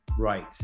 Right